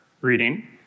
reading